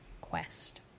quest